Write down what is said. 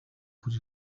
kuri